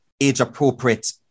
age-appropriate